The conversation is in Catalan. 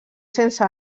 sense